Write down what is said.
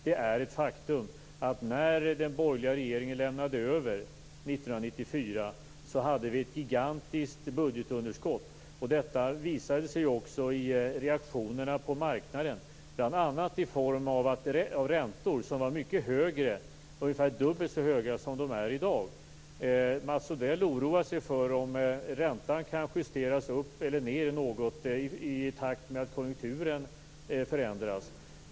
Det är ett faktum att när den borgerliga regeringen lämnade över 1994 hade vi ett gigantiskt budgetunderskott. Detta visade sig också i reaktionerna på marknaden, bl.a. i form av räntor som var ungefär dubbelt så höga som de är i dag. Mats Odell oroar sig för att räntan kan justeras något upp eller ned i takt med att konjunkturen förändras.